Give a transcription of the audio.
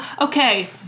Okay